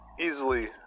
Easily